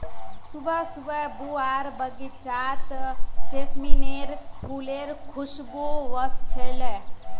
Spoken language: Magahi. सुबह सुबह बुआर बगीचात जैस्मीनेर फुलेर खुशबू व स छिले